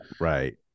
right